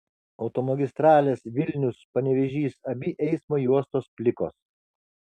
automagistralės vilnius panevėžys abi eismo juostos plikos